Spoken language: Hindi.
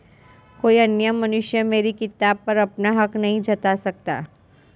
कोई अन्य मनुष्य मेरी किताब पर अपना हक नहीं जता सकता